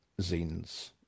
zines